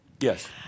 Yes